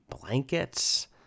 blankets